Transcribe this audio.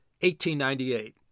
1898